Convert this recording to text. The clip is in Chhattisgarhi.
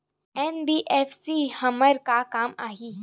एन.बी.एफ.सी हमर का काम आही?